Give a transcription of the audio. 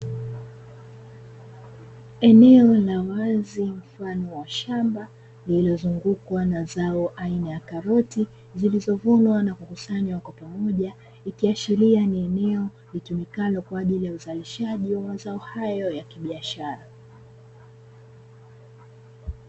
Eneo la wazi mfano wa shamba lililozungukwa na zao aina ya karoti zilizovunwa na kukusanywa kwa pamoja, ikiashiria ni eneo litumikalo kwa ajili ya uzalishaji wa mazao hayo ya kibiashara.